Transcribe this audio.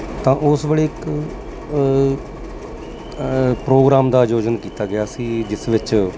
ਤਾਂ ਉਸ ਵੇਲੇ ਇੱਕ ਪ੍ਰੋਗਰਾਮ ਦਾ ਆਯੋਜਨ ਕੀਤਾ ਗਿਆ ਸੀ ਜਿਸ ਵਿੱਚ